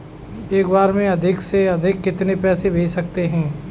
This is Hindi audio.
एक बार में अधिक से अधिक कितने पैसे भेज सकते हैं?